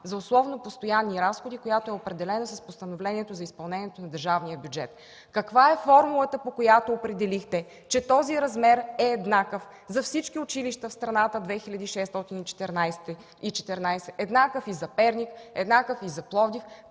за условно постоянни разходи – която е определена с постановлението за изпълнението на държавния бюджет. Каква е формулата, по която определихте, че този размер е еднакъв за всички училища в страната – 2614? Еднакъв и за Перник, еднакъв и за Пловдив.